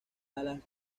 alas